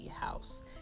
house